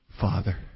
Father